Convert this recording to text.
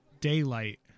daylight